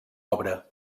obra